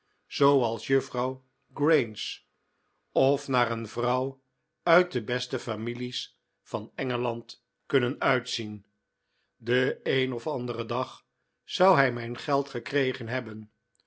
zooals juffrouw grains of naar een vrouw uit de beste families van engeland kunnen uitzien den een of anderen dag zou hij mijn geld gekregen hebben